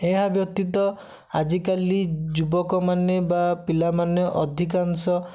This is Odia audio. ଏହା ବ୍ୟତୀତ ଆଜିକାଲି ଯୁବକମାନେ ବା ପିଲାମାନେ ଅଧିକାଂଶ